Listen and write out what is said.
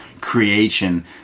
creation